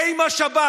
זה עם השב"כ.